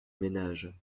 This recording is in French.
ménages